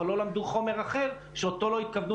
אבל לא למדו חומר אחר שאותו לא התכוונו